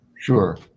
sure